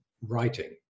writing